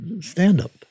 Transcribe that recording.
stand-up